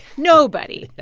nobody.